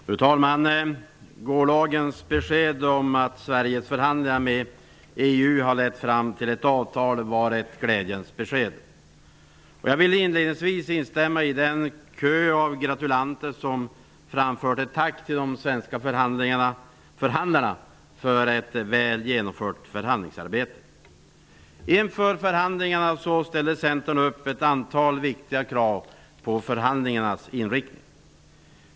Fru talman! Gårdagens beslut om att Sveriges förhandlingar med EU lett fram till ett avtal var ett glädjens besked. Jag vill inledningsvis instämma i den kö av gratulanter som framfört ett tack till de svenska förhandlarna för ett väl genomfört förhandlingsarbete. Inför förhandlingarna ställde Centern ett antal viktiga krav på förhandlingarnas inriktning.